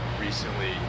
recently